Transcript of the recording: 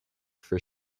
for